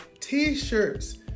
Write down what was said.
t-shirts